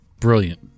Brilliant